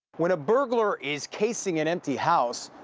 when a burglar is casing an empty house,